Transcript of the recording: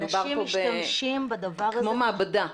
מדובר פה בכמו מעבדה.